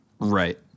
Right